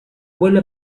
vuelve